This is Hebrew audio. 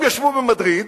הם ישבו במדריד,